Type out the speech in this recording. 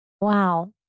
Wow